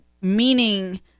meaning